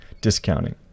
discounting